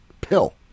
pill